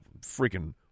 freaking